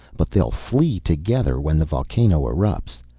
but they'll flee together when the volcano erupts.